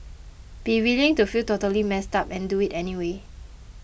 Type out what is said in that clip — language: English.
be willing to feel totally messed up and do it anyway